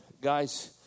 guys